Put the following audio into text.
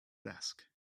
desk